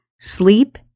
Sleep